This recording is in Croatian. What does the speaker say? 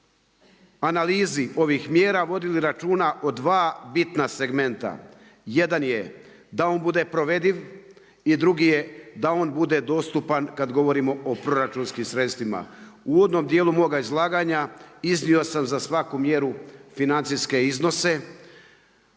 analizi ovih mjera vodili računa o dva bitna segmenta. Jedan je da on bude provediv i drugi je da on bude dostupan kada govorimo o proračunskim sredstvima. U uvodnom dijelu moga izlaganja iznio sam za svaku mjeru financijske iznose.